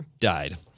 Died